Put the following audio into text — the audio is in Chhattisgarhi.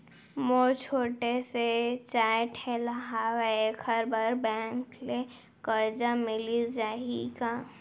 मोर छोटे से चाय ठेला हावे एखर बर बैंक ले करजा मिलिस जाही का?